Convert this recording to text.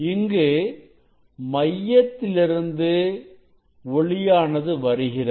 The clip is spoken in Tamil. இங்கு மையத்திலிருந்து ஒளியானது வருகிறது